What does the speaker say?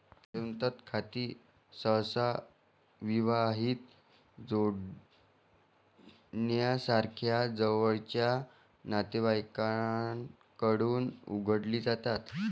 संयुक्त खाती सहसा विवाहित जोडप्यासारख्या जवळच्या नातेवाईकांकडून उघडली जातात